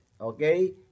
Okay